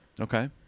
Okay